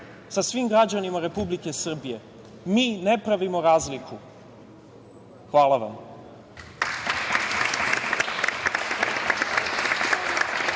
sa svim građanima Republike Srbije. Mi ne pravimo razliku. Hvala vam.